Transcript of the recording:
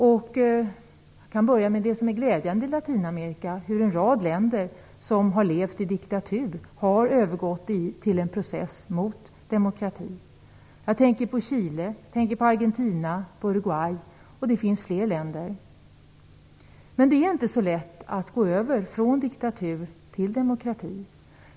Jag kan börja med det som är glädjande i Latinamerika, nämligen hur en rad länder som har levt i diktatur har övergått till en process som leder mot demokrati. Jag tänker på Chile, Argentina och Uruguay. Det finns fler länder. Men det är inte så lätt att gå över från diktatur till demokrati.